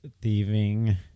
thieving